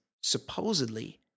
supposedly